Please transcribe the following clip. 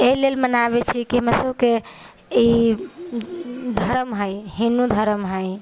एहिलेल मनाबैत छी कि हमरासभके ई धर्म हइ हिन्दू धर्म हइ